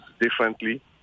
differently